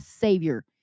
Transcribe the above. savior